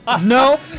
No